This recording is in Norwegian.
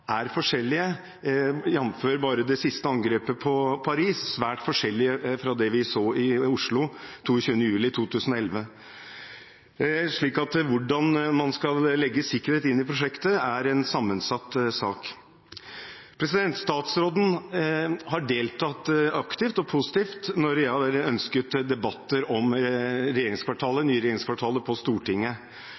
det siste angrepet på Paris, er svært forskjellig fra det vi så i Oslo 22. juli 2011. Så hvordan sikkerhet skal legges inn i prosjektet, er sammensatt. Statsråden har deltatt aktivt og positivt når jeg har ønsket debatter på Stortinget om det nye regjeringskvartalet,